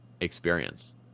experience